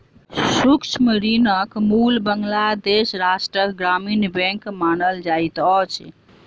सूक्ष्म ऋणक मूल बांग्लादेश राष्ट्रक ग्रामीण बैंक मानल जाइत अछि